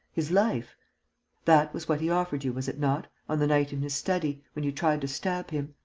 his life that was what he offered you, was it not, on the night in his study, when you tried to stab him?